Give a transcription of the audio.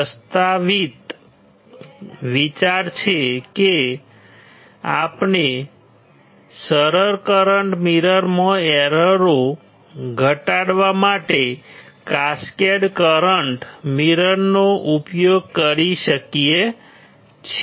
પ્રસ્તાવિત વિચાર એ છે કે આપણે સરળ કરંટ મિરરમાં એરરો ઘટાડવા માટે કાસ્કેડ કરંટ મિરરનો ઉપયોગ કરી શકીએ છીએ